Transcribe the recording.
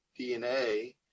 DNA